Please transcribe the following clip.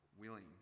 willing